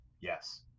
yes